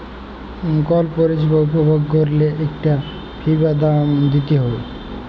call পরিছেবা উপভগ ক্যইরলে ইকটা ফি বা দাম দিইতে হ্যয়